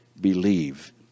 believe